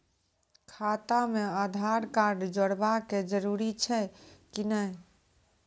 खाता म आधार कार्ड जोड़वा के जरूरी छै कि नैय?